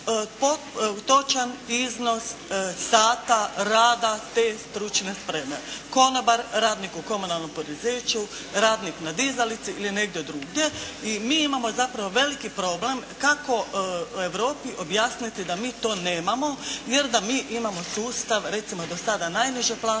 točan iznos sata rada te stručne spreme – konobar, radnik u komunalnom poduzeću, radnik na dizalici ili negdje drugdje i mi imamo zapravo veliki problem kako Europi objasniti da mi to nemamo, jer da mi imamo sustav recimo do sada najniže plaće,